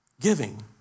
Giving